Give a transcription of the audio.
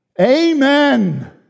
Amen